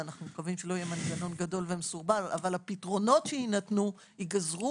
אנו מקווים שלא יהיה מנגנון גדול ומסורבל אבל הפתרונות שיינתנו ייגזרו